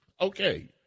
Okay